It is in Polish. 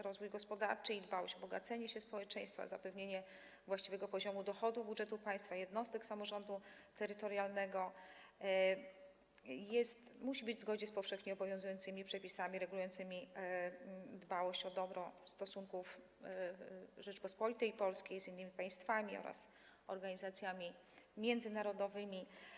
Rozwój gospodarczy i dbałość o bogacenie się społeczeństwa, zapewnienie właściwego poziomu dochodów budżetu państwa i jednostek samorządu terytorialnego musi być w zgodzie z powszechnie obowiązującymi przepisami regulującymi dbałość o dobro Rzeczypospolitej Polskiej w zakresie stosunków z innymi państwami oraz organizacjami międzynarodowymi.